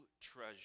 treasure